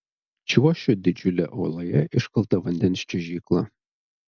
čiuošiu didžiule uoloje iškalta vandens čiuožykla